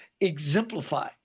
exemplify